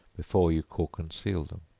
before you cork and seal them.